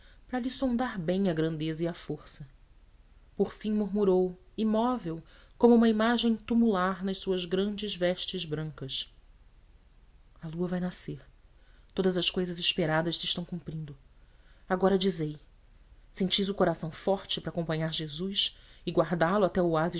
para lhe sondar bem a grandeza e a força por fim murmurou imóvel como uma imagem tumular nas suas grandes vestes brancas a lua vai nascer todas as cousas esperadas se estão cumprindo agora dizei sentis o coração forte para acompanhar jesus e guardá-lo até ao